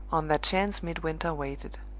on that chance midwinter waited.